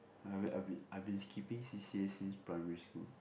I be I be I've been skipping C_C_A since primary school